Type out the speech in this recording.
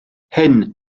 hyn